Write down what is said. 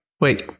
wait